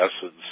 essence